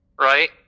right